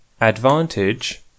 Advantage